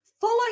follow